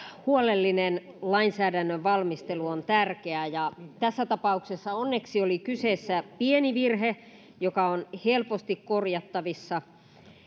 huolellinen lainsäädännön valmistelu on tärkeää tässä tapauksessa onneksi oli kyseessä pieni virhe joka on helposti korjattavissa